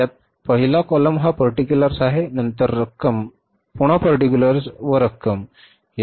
यात पहिला column हा particulars आहे नंतर रक्कम म्हणतात